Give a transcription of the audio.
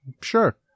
Sure